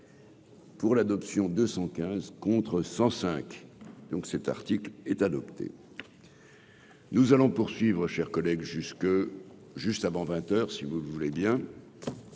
Pour l'adoption 215 contre 105 donc, cet article est adopté, nous allons poursuivre chers collègues jusque juste avant 20 heures si vous le voulez bien.